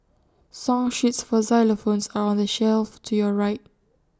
song sheets for xylophones are on the shelf to your right